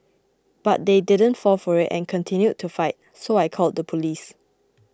but they didn't fall for it and continued to fight so I called the police